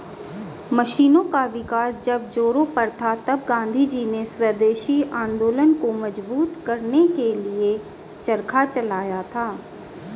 मशीनों का विकास जब जोरों पर था तब गाँधीजी ने स्वदेशी आंदोलन को मजबूत करने के लिए चरखा चलाया था